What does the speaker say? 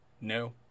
no